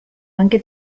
anche